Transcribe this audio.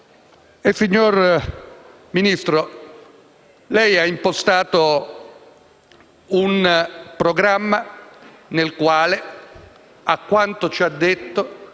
Signor Ministro, lei ha impostato un programma nel quale, a quanto ci ha detto,